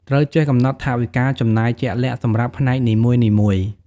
ត្រូវចេះកំណត់ថវិកាចំណាយជាក់លាក់សម្រាប់ផ្នែកនីមួយៗ។